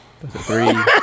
three